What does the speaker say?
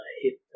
hit